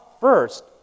first